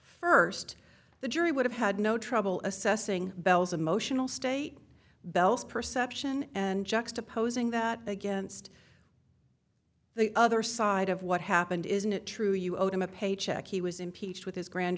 first the jury would have had no trouble assessing bell's emotional state bell's perception and juxtaposing that against the other side of what happened isn't it true you owed him a paycheck he was impeached with his grand